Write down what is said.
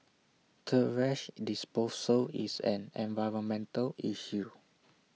thrash disposal is an environmental issue